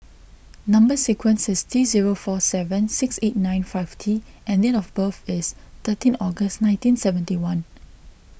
Number Sequence is T zero four seven six eight nine five T and date of birth is thirteen August nineteen seventy one